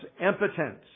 impotence